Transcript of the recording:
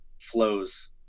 flows